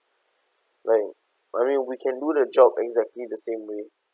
like I mean we can do the job exactly the same way